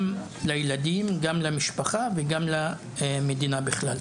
גם לילדים, גם למשפחה וגם למדינה בכלל.